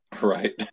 Right